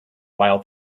while